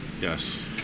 Yes